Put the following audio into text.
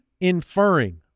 inferring